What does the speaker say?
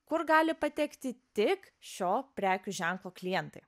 kur gali patekti tik šio prekių ženklo klientai